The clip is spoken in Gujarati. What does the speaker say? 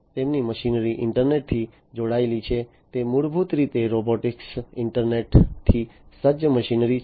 તેમની મશીનરી ઇન્ટરનેટથી જોડાયેલી છે તે મૂળભૂત રીતે રોબોટિક ઇન્ટરનેટથી સજ્જ મશીનરી છે